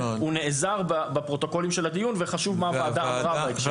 הוא נעזר בפרוטוקולים של הדיון וחשוב מה הוועדה אמרה בהקשר הזה.